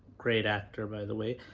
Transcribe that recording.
great actor by the way.